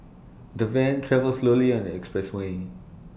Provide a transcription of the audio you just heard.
the van travelled slowly on the expressway